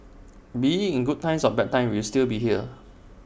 be IT in good times or bad times we will still be here